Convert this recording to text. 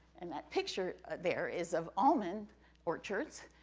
and that picture there is of almond orchards,